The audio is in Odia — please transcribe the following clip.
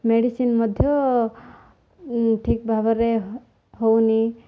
ମେଡ଼ିସିନ ମଧ୍ୟ ଠିକ୍ ଭାବରେ ହେଉନି